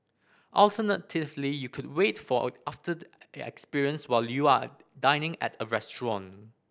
alternatively you could wait for a after the experience while you are dining at a restaurant